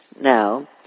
now